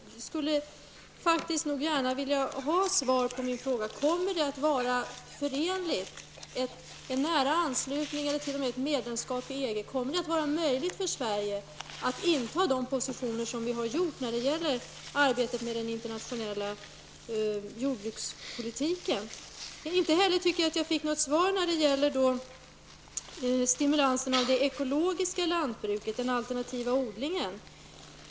Sverige i samband med en nära anslutning till eller t.o.m. ett medlemskap i EG att kunna stå fast vid de positioner vi har intagit när det gäller arbetet med den internationella jordbrukspolitiken? Jag tycker inte heller att jag fick något svar på min fråga om stimulanser av det ekologiska jordbruket, den alternativa odlingen.